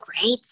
great